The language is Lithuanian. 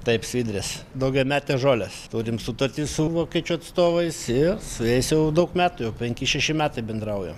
taip svidrės daugiametės žolės turim sutartį su vokiečių atstovais ir su jais jau daug metų jau penki šeši metai bendraujam